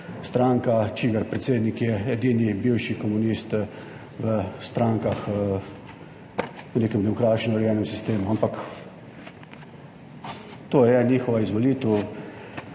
stranka, katere predsednik je edini bivši komunist v strankah v nekem demokratičnem, urejenem sistemu, ampak to je njihova izvolitev